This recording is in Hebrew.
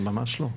ממש לא.